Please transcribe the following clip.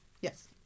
Yes